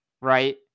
right